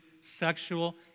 sexual